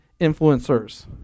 influencers